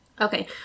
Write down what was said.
Okay